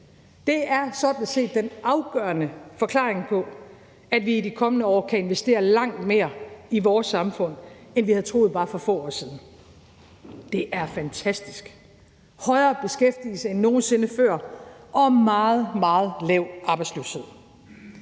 før, er sådan set den afgørende forklaring på, at vi i de kommende år kan investere langt mere i vores samfund, end vi havde troet bare for få år siden. Det er fantastisk. Vi har højere beskæftigelse end nogen sinde før og en meget, meget lav arbejdsløshed.